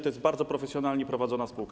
To jest bardzo profesjonalnie prowadzona spółka.